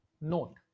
note